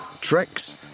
Tricks